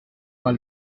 pas